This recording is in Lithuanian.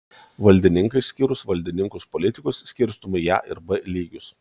valdininkai išskyrus valdininkus politikus skirstomi į a ir b lygius